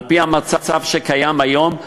על-פי המצב שקיים היום,